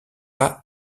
pas